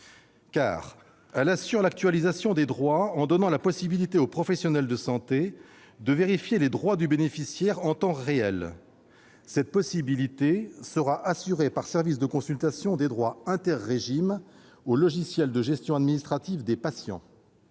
: elle assure l'actualisation des droits en donnant la possibilité aux professionnels de santé de vérifier les droits du bénéficiaire en temps réel, un service de consultation des droits interrégimes intégré au logiciel de gestion administrative des patients